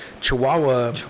Chihuahua